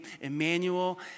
Emmanuel